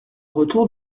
retour